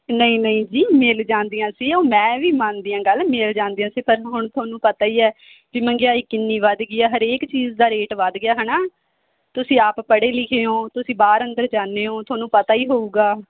ਨਹੀਂ ਨਹੀਂ ਜੀ ਮਿਲ ਜਾਂਦੀਆਂ ਸੀ ਉਹ ਮੈਂ ਵੀ ਮੰਨਦੀ ਆ ਗੱਲ ਮਿਲ ਜਾਂਦੀਆ ਸੀ ਪਹਿਲਾਂ ਪਰ ਹੁਣ ਤੁਹਾਨੂੰ ਪਤਾ ਹੀ ਹੈ ਵੀ ਮਹਿੰਗਾਈ ਕਿੰਨੀ ਵੱਧ ਗਈ ਆ ਹਰੇਕ ਚੀਜ਼ ਦਾ ਰੇਟ ਵਧ ਗਿਆ ਹੈ ਨਾ ਤੁਸੀਂ ਆਪ ਪੜ੍ਹੇ ਲਿਖੇ ਹੋ ਤੁਸੀਂ ਬਾਹਰ ਅੰਦਰ ਜਾਂਦੇ ਹੋ ਤੁਹਾਨੂੰ ਪਤਾ ਹੀ ਹੋਵੇਗਾ